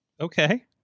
Okay